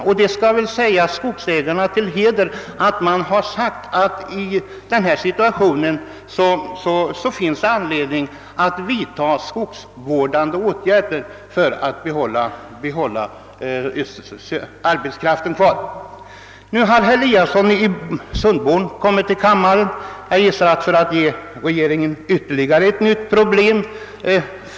Och till skogsägarnas heder skall sägas att de också framhållit att det i den rådande situationen är viktigt att vidtaga skogsvårdande åtgärder för att hålla arbetskraften kvar i sysselsättning. Jag ser att herr Eliasson i Sundborn nu kommit in i kammaren, och jag förmodar att han avser att ställa regeringen inför ytterligare ett problem.